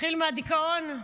נתחיל מהדיכאון?